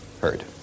heard